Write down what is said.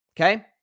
Okay